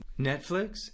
Netflix